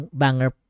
banger